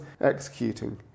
executing